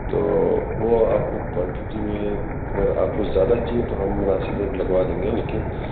تو وہ آپ کو کوانٹیٹی میں اگر آپ کو زیادہ چاہیے تو ہم مناسب ریٹ لگوا دیں گے لیکن